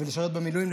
ולשרת במילואים.